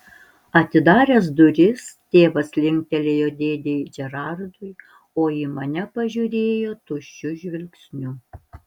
atidaręs duris tėvas linktelėjo dėdei džerardui o į mane pažiūrėjo tuščiu žvilgsniu